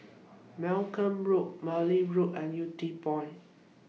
Malcolm Road Wilby Road and Yew Tee Point